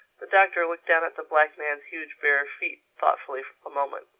the doctor looked down at the black man's huge bare feet thoughtfully a moment.